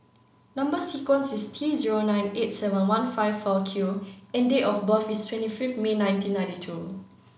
number sequence is T zero nine eight seven one five four Q and date of birth is twenty fifth May nineteen ninety two